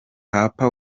papa